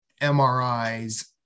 MRIs